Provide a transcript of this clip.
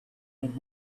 made